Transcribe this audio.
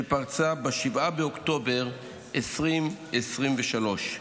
שפרצה ב-7 באוקטובר 2023,